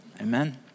Amen